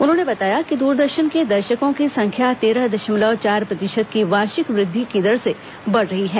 उन्होंने बताया कि दूरदर्शन के दर्शको की संख्या तेरह दशमलव चार प्रतिशत की वार्षिक वृद्धि दर से बढ़ रही है